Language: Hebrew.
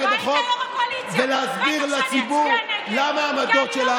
החוק ולהסביר לציבור למה העמדות שלך